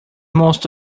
most